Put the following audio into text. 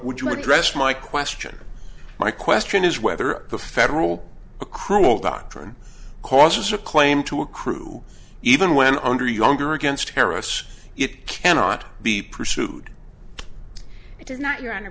would you address my question my question is whether the federal accrual doctrine causes a claim to accrue even when under younger against terrorists it cannot be pursued